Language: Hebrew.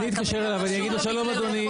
אני אתקשר אליו, אני אגיד לו שלום אדוני.